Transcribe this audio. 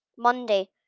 Monday